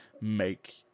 make